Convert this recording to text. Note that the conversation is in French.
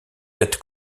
êtes